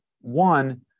One